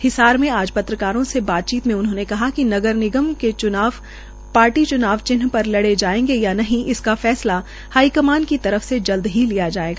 हिसार मे आज पत्रकार से बातचीत में उन्होंने कहा कि नगर निगम के च्नाव पार्टी च्नाव चिन्ह पर लड़े जायेंगे या नहीं इसका फैसला हाई कमान की तरफ से जल्दी ही लिया जायेगा